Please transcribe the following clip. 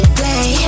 play